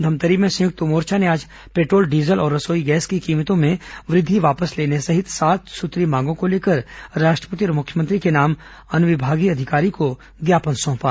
धमतरी में संयुक्त मोर्चा ने आज पेट्रोल डीजल और रसोई गैस की कीमतों में वृद्धि वापस लेने सहित सात सूत्रीय मांगों को लेकर आज राष्ट्रपति और मुख्यमंत्री के नाम अनुविभागीय अधिकारी को ज्ञापन सौंपा